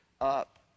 up